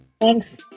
Thanks